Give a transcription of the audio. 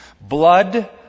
Blood